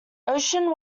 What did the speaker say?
ocean